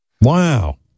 Wow